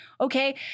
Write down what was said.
okay